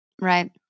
Right